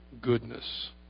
goodness